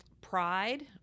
pride